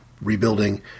rebuilding